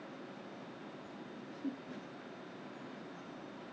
他的那个 hook you know usually hook will have two ends to to close up right